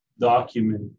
document